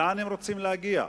לאן הם רוצים להגיע?